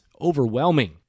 overwhelming